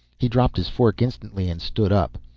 he dropped his fork instantly and stood up.